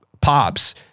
pops